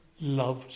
love